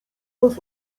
nas